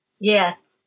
Yes